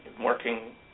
working